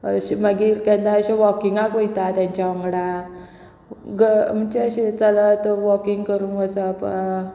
अशें मागीर केन्ना अशें वॉकिंगाक वयता तेंच्या वांगडा म्हणचे अशें चलत वॉकिंग करूंक वचप